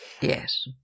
Yes